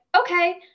okay